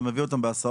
אתה מביא אותם בהסעות?